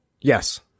Yes